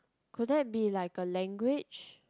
could that be like a language